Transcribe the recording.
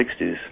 1960s